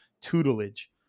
tutelage